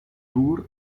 tour